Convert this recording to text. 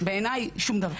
בעיניי זה לא נותן שום דבר.